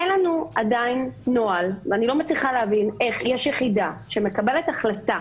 אין לנו עדיין נוהל ואני לא מצליחה להבין איך יש יחידה שמקבלת החלטה